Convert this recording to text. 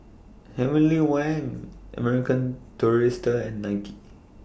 Heavenly Wang American Tourister and ninety